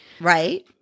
Right